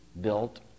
built